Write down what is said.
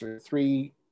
three